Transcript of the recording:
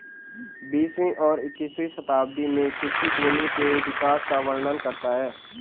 बीसवीं और इक्कीसवीं शताब्दी में कृषि भूमि के विकास का वर्णन करता है